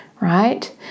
Right